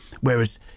Whereas